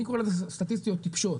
אני קורא לזה סטטיסטיות טיפשות,